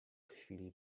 chwili